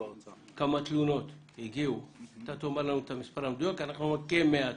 תאמר לנו את המספר המדויק של התלונות כ-100 תלונות.